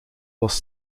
was